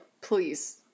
please